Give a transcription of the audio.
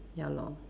ya lor